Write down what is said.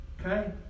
Okay